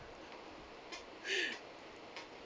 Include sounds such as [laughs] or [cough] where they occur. [laughs]